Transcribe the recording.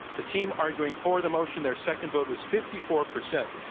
the team arguing for the motion, their second vote was fifty four percent.